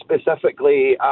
specifically